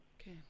Okay